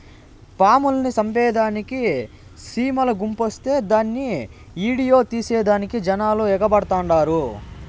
పాముల్ని సంపేదానికి సీమల గుంపొస్తే దాన్ని ఈడియో తీసేదానికి జనాలు ఎగబడతండారు